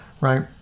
Right